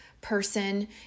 person